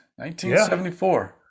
1974